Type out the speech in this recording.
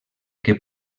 que